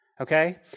okay